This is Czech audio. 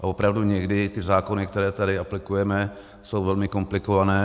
A opravdu někdy ty zákony, které tady aplikujeme, jsou velmi komplikované.